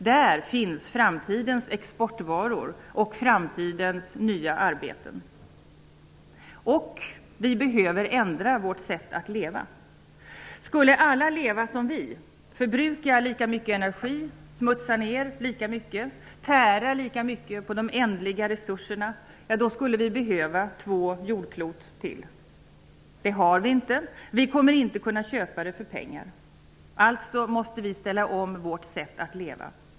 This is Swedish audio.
Där finns framtidens exportvaror och framtidens nya arbeten. Vi behöver ändra vårt sätt att leva. Skulle alla leva som vi -- förbruka lika mycket energi, smutsa ner lika mycket och tära lika mycket på de ändliga resurserna -- skulle vi behöva ytterligare två jordklot. Det har vi inte, och vi kommer inte att kunna köpa det för pengar. Alltså måste vi ställa om vårt sätt att leva.